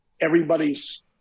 everybody's